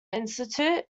institute